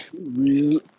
real